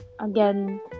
again